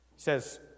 says